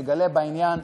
מגלה בה עניין,